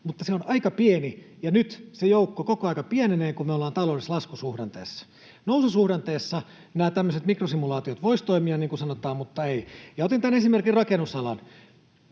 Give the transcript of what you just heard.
mutta se on aika pieni, ja nyt se joukko koko aika pienenee, kun me ollaan taloudellisessa laskusuhdanteessa. — Noususuhdanteessa nämä tämmöiset mikrosimulaatiot voisivat toimia, niin kuin sanotaan, mutta nyt eivät. Otin tämän esimerkin, rakennusala.